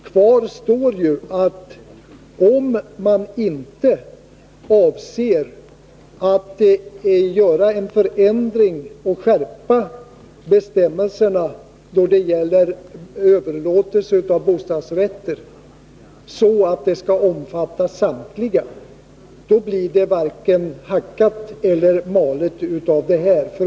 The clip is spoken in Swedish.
Kvar står att om man inte avser att göra någon förändring och skärpa bestämmelserna då det gäller överlåtelse av bostadsrätter så att de omfattar samtliga bostadsrätter, då blir det varken hackat eller malet.